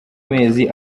mezi